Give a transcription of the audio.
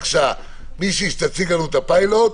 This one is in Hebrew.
מישהי שתציג לנו את הפיילוט,